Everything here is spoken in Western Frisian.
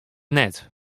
net